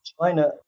China